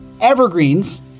Evergreens